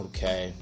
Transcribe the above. Okay